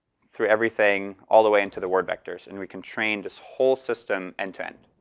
through everything all the way into the word vectors, and we can train this whole system end to end.